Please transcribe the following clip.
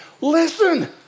listen